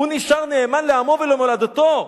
הוא נשאר נאמן לעמו ולמולדתו.